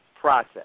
process